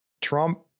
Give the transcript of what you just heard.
Trump